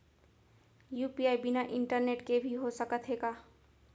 UPI बिना internet के भी हो सकत हे का?